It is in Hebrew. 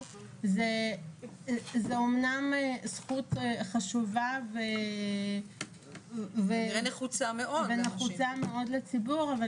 זה אמנם זכות חשובה ונחוצה מאוד לציבור,